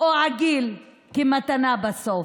או עגיל כמתנה בסוף.